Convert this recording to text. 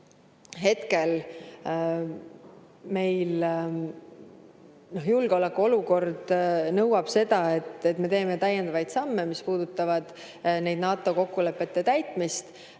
hetkel meil julgeolekuolukord nõuab seda, et me teeme täiendavaid samme, mis puudutavad NATO kokkulepete täitmist.